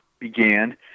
Began